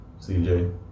CJ